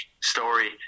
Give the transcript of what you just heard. story